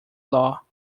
law